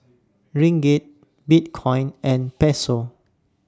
Ringgit Bitcoin and Peso